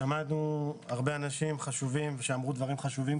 שמענו היום הרבה אנשים חשובים שאמרו כאן דברים חשובים.